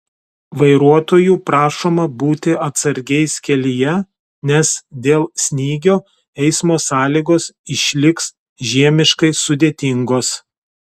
vairuotojų prašoma būti atsargiais kelyje nes dėl snygio eismo sąlygos išliks žiemiškai sudėtingos